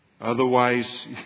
Otherwise